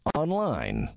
online